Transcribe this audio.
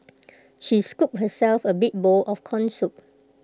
she scooped herself A big bowl of Corn Soup